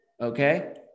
Okay